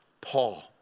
Paul